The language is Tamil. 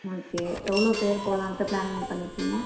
ஓகே எவ்வளோ பேர் போகலான்ட்டு ப்ளான் பண்ணிருக்கிங்க